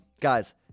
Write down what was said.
guys